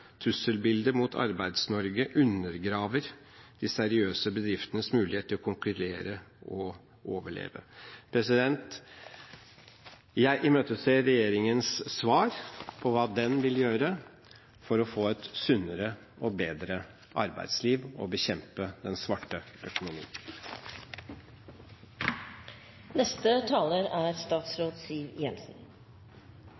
mot Arbeids-Norge undergraver de seriøse bedriftenes mulighet til å konkurrere og overleve.» Jeg imøteser regjeringens svar på hva den vil gjøre for å få et sunnere og bedre arbeidsliv og for å bekjempe den svarte økonomien.